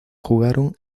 jugaron